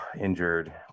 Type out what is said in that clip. Injured